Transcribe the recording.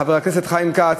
חבר הכנסת חיים כץ,